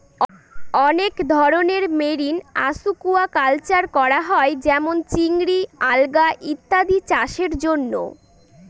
অনেক ধরনের marine aquaculture করা হয় যেমন চিংড়ি, আলগা ইত্যাদি চাষের জন্য